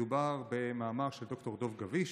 מדובר במאמר של ד"ר דב גביש,